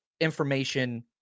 information